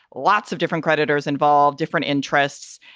lots of different creditors involved, different interests.